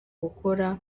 gukora